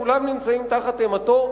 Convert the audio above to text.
כולם נמצאים תחת אימתו,